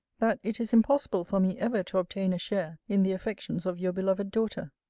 that it is impossible for me ever to obtain a share in the affections of your beloved daughter.